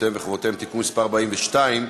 זכויותיהם וחובותיהם (תיקון מס' 42)